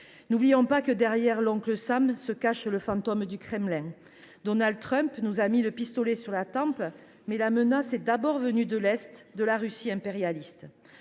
n’oublions pas que derrière l’oncle Sam se cache le fantôme du Kremlin. Donald Trump nous a mis le pistolet sur la tempe, mais la menace est d’abord venue de l’Est, de la Russie impérialiste.